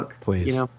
Please